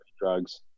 drugs